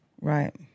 Right